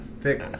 thick